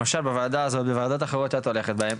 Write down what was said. למשל בוועדה הזאת ובוועדות אחרות שאת הולכת אליהן,